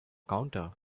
counter